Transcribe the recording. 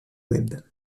webb